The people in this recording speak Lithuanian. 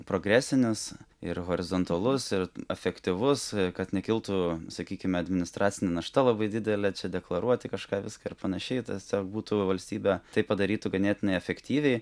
progresinis ir horizontalus ir efektyvus kad nekiltų sakykime administracinė našta labai didelė deklaruoti kažką viską ar panašiai tiesiog būtų valstybė tai padarytų ganėtinai efektyviai